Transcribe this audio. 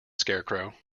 scarecrow